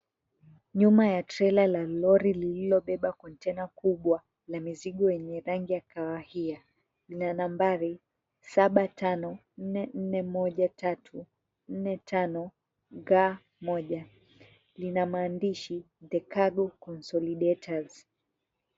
Nyuma ya trela ya lori lililobeba konteina kubwa ya mizigo yenye rangi ya kawahia lina nambari 75441345G1. Lina maandishi The cargo consolidaters .